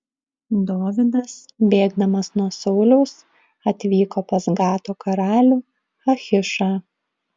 dovydas bėgdamas nuo sauliaus atvyko pas gato karalių achišą